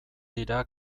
dira